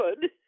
good